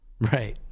Right